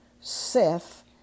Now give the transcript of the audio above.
Seth